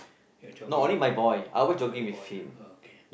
your jogging ah oh your boy ah oh okay